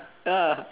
ya